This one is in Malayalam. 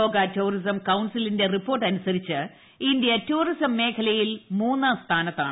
ലോക ടൂറിസം കൌൺസിലിന്റെ റിപ്പോർട്ടനുസരിച്ച് ഇന്ത്യ ടൂറിസം മേഖലയിൽ മൂന്നാം സ്ഥാനത്താണ്